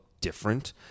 different